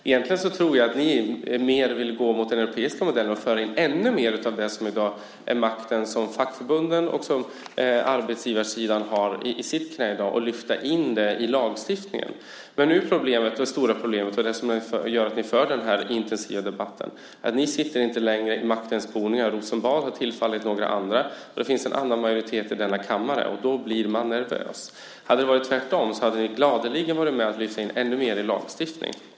Egentligen tror jag att ni mer vill gå mot den europeiska modellen och föra in ännu mer av den makt som fackförbunden och arbetsgivarsidan har i sitt knä i dag och lyfta in den i lagstiftningen. Men nu är det stora problemet, det som gör att ni för den här intensiva debatten, att ni inte längre sitter i maktens boningar, i Rosenbad. Makten har tillfallit några andra, och det finns en annan majoritet i denna kammare. Då blir man nervös. Hade det varit tvärtom hade ni gladeligen varit med och drivit in ännu mer i lagstiftning.